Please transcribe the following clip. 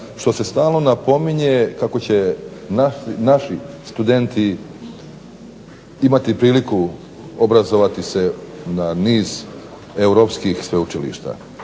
što se stalno napominje kako će naši studenti imati priliku obrazovati se na niz europskih sveučilišta.